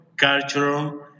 cultural